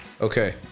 Okay